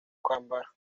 kwambara